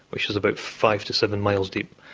which is about five to seven miles deep.